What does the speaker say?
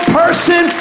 person